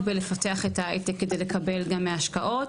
בלפתח את ההייטק כדי לקבל גם מהשקעות,